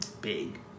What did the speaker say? big